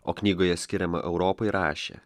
o knygoje skiriama europai rašė